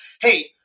hey